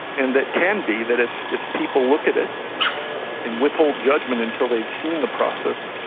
and that can be, that if if people look at it and withhold judgement until they've seen the process,